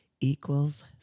equals